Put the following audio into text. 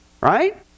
Right